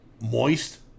moist